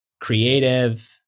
creative